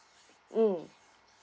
mm